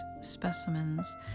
specimens